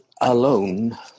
alone